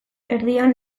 erdian